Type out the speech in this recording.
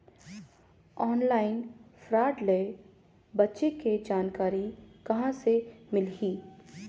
Online fraud ले बचे के जानकारी कहां ले मिलही?